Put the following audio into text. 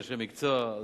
אנשי מקצוע.